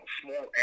small